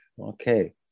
Okay